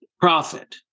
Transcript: Profit